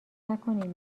نکنین